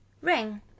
Ring